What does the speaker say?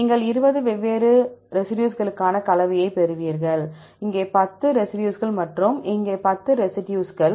நீங்கள் 20 வெவ்வேறு ரெசிடியூஸ்களுக்கான கலவையைப் பெறுவீர்கள் இங்கே 10 ரெசிடியூஸ்கள் மற்றும் இங்கே 10 ரெசிடியூஸ்கள்